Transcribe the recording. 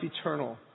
eternal